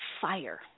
fire